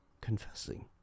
confessing